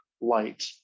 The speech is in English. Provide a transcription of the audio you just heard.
light